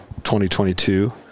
2022